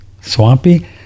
swampy